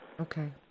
Okay